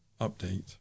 update